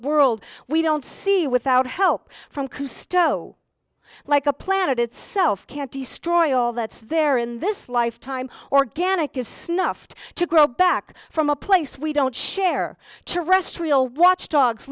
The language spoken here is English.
world we don't see without help from cousteau like a planet itself can't destroy all that's there in this life time organic is snuffed to grow back from a place we don't share terrestrial watchdogs